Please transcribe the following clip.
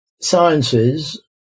sciences